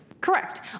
Correct